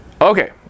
Okay